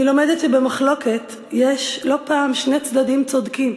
אני לומדת שבמחלוקת יש לא פעם שני צדדים צודקים,